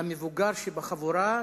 למבוגר שבחבורה,